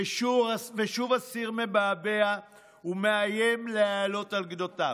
ושוב הסיר מבעבע ומאיים לעלות על גדותיו.